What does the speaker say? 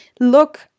look